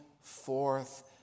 forth